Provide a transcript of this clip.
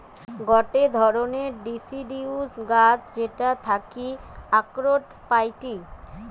গটে ধরণের ডিসিডিউস গাছ যেটার থাকি আখরোট পাইটি